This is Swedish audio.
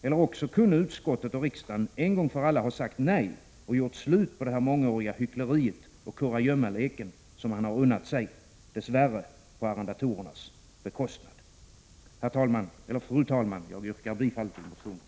Eller också kunde utskottet och riksdagen en gång för alla ha sagt nej och gjort slut på det här mångåriga hyckleriet och den kurragömmalek som man har unnat sig — på arrendatorernas bekostnad, dess värre. Fru talman! Jag yrkar bifall till motionen.